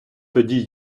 тоді